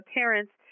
parents